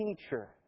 teacher